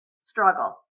struggle